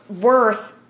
worth